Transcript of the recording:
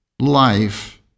life